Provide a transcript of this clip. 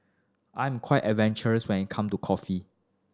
I'm quite adventurous when it come to coffee